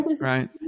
right